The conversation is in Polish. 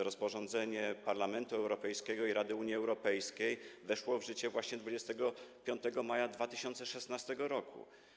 Rozporządzenie Parlamentu Europejskiego i Rady Unii Europejskiej weszło w życie właśnie 25 maja 2016 r.